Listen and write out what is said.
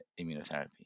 immunotherapy